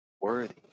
worthy